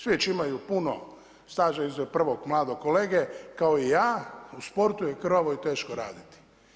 Svi već imaju puno staža izuzev prvog mladog kolege, kao i ja u sportu je krvavo i teško raditi.